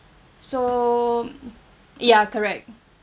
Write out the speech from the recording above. so mm ya correct